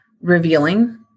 revealing